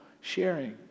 sharing